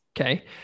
Okay